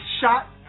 shot